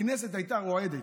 הכנסת הייתה רועדת.